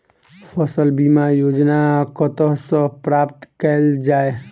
फसल बीमा योजना कतह सऽ प्राप्त कैल जाए?